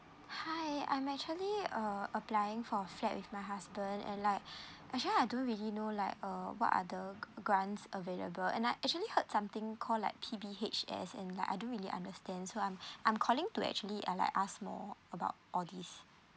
hi I'm actually uh applying for a flat with my husband and like actually I don't really know like uh what are the grants available and I actually heard something call like P_P_H_S and like I don't really understand so I'm I'm calling to actually uh like ask more about all these